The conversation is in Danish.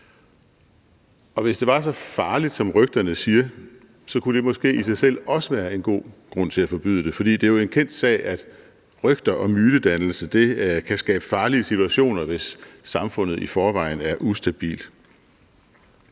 Hvis det var så farligt, som rygterne siger, så kunne det måske i sig selv også være en god grund til at forbyde det, for det er jo en kendt sag, at rygter og mytedannelse kan skabe farlige situationer, hvis samfundet i forvejen er ustabilt.